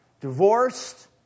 divorced